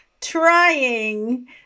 Trying